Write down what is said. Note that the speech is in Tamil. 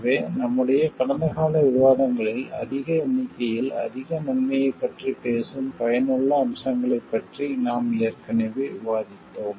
எனவே நம்முடைய கடந்த கால விவாதங்களில் அதிக எண்ணிக்கையில் அதிக நன்மையைப் பற்றி பேசும் பயனுள்ள அம்சங்களைப் பற்றி நாம் ஏற்கனவே விவாதித்தோம்